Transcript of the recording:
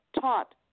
taught